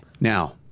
Now